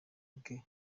bwe